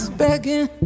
begging